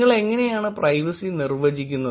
നിങ്ങൾ എങ്ങനെയാണ് പ്രൈവസി നിർവ്വചിക്കുന്നത്